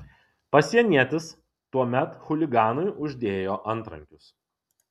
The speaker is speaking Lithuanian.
pasienietis tuomet chuliganui uždėjo antrankius